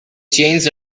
changes